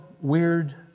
weird